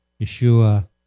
yeshua